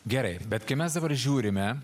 gerai bet kai mes dabar žiūrime